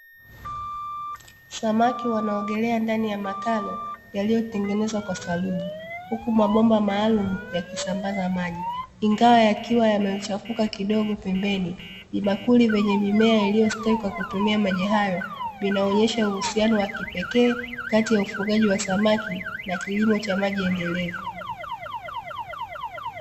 Samaki wanaogelea ndani ya makaro yaliyotengenezwa kwa saruji huku mabomba maalumu yakisambaza maji ingawa yakiwa yamemchafuka kidogo pembeni vibakuli venye mimea iliyostawi kwa kutumia maji hayo vinaonyesha uhusiano wa kipekee kati ya ufugaji wa samaki na kilimo cha maji endelevu.